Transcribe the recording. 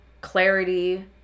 clarity